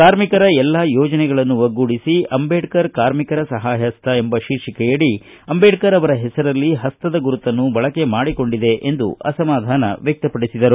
ಕಾರ್ಮಿಕರ ಎಲ್ಲಾ ಯೋಜನೆಗಳನ್ನು ಒಗ್ಗೂಡಿಸಿ ಅಂಬೇಡ್ಕರ್ ಕಾರ್ಮಿಕರ ಸಹಾಯ ಹಸ್ತ ಎಂಬ ಶೀರ್ಷಿಕೆಯಡಿ ಅಂಬೇಡ್ಕರ್ ಅವರ ಹೆಸರಲ್ಲಿ ಹಸ್ತದ ಗುರುತನ್ನು ಬಳಕೆ ಮಾಡಿಕೊಂಡಿದೆ ಎಂದು ಅಸಮಾಧಾನ ವ್ಯಕ್ತಪಡಿಸಿದರು